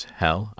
hell